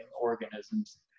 organisms